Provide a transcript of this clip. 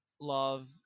love